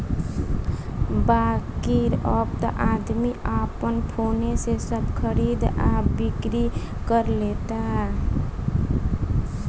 बाकिर अब त आदमी आपन फोने से सब खरीद आ बिक्री कर लेता